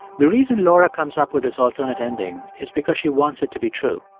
the reason laura comes up with this alternate ending is because she wants it to be true.